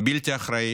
בלתי אחראי,